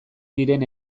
diren